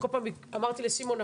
כל פעם אמרתי לסימון,